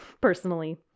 personally